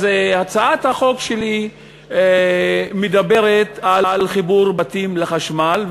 אז הצעת החוק שלי מדברת על חיבור בתים לחשמל.